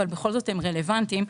אבל הם רלוונטיים,